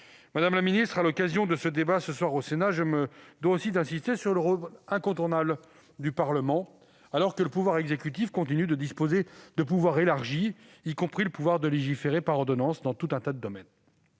Madame la ministre, à l'occasion du débat de ce soir au Sénat, je me dois aussi d'insister sur le rôle incontournable du Parlement, alors que le pouvoir exécutif continue de disposer de pouvoirs élargis, y compris le pouvoir de légiférer par ordonnance dans de très nombreux domaines.